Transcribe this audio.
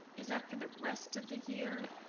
is that for the rest of the year?